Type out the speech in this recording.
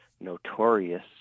notorious